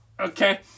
Okay